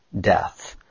death